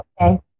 okay